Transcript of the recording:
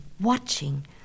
watching